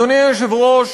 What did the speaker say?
אדוני היושב-ראש,